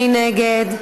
מי נגד?